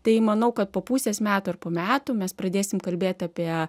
tai manau kad po pusės metų ar po metų mes pradėsim kalbėti apie